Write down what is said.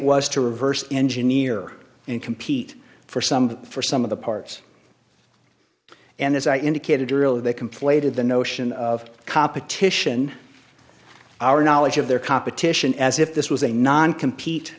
was to reverse engineer and compete for some for some of the parts and as i indicated earlier they completed the notion of competition our knowledge of their competition as if this was a non compete